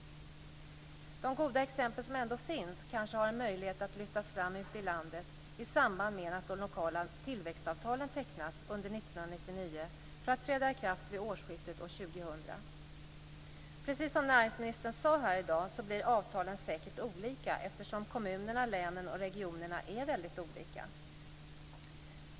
De goda exempel som ändå finns kanske har en möjlighet att lyftas fram ute i landet i samband med att de lokala tillväxtavtalen tecknas under 1999 för att träda i kraft vid årsskiftet 2000. Precis som näringsministern sade här i dag blir avtalen säkert olika, eftersom kommunerna, länen och regionerna är väldigt olika.